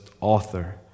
author